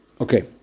Okay